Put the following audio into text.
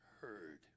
heard